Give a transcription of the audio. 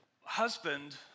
husband